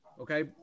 okay